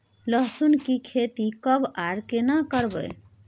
लहसुन की खेती कब आर केना करबै?